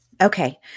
Okay